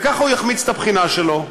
וככה הוא יחמיץ את הבחינה שלו,